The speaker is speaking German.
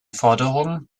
forderungen